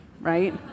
right